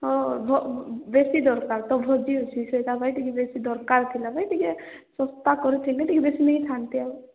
ହଁ ହଁ ବେଶି ଦରକାର ତ ଭୋଜି ଅଛି ସେଇଟା ପାଇଁ ବେଶି ଦରକାର ଥିଲା ଭାଇ ଟିକେ ଶସ୍ତା କରିଥିଲେ ଟିକେ ବେଶି ନେଇଥାନ୍ତି ଆଉ